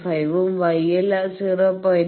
5 ഉം γ L 0